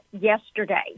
yesterday